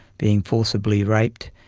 being forcibly raped.